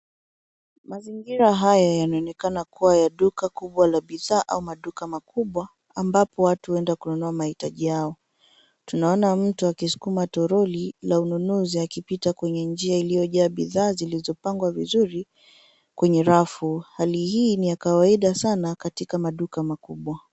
Mazingira haya yanaonekana kuwa ya duka kubwa la bidhaa au maduka makubwa ambapo watu huenda kununua mahitaji yao. Tunaona mtu akisukuma toroli la ununuzi akipita kwenye njia iliyojaa bidhaa kwenye rafu. Hali hii ni ya kawaida sana katika maduka makubwa.